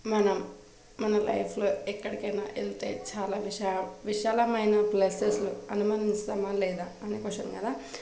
మనం మన లైఫ్లో ఎక్కడికైనా వెళ్తే చాలా విశాల విశాలమైన ప్లేసస్లు అనుభవిస్తామా లేదా అనే క్వశ్చన్ కదా